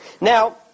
Now